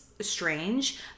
strange